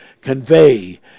convey